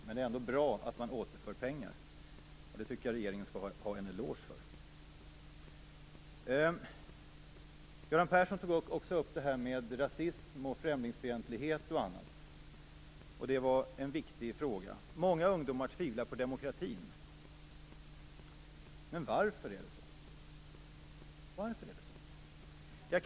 Men det är ändå bra att man återför pengar. Det tycker jag att regeringen skall ha en eloge för. Göran Person tog också upp rasism, främlingsfientlighet och annat. Det är en viktig fråga. Många ungdomar tvivlar på demokratin. Varför är det så?